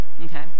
Okay